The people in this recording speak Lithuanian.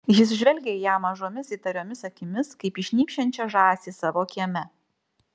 jis žvelgė į ją mažomis įtariomis akimis kaip į šnypščiančią žąsį savo kieme